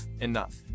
enough